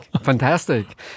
fantastic